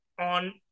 on